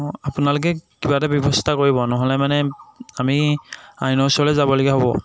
অঁ আপোনালোকে কিবা এটা ব্যৱস্থা কৰিব নহ'লে মানে আমি আইনৰ ওচৰলৈ যাবলগীয়া হ'ব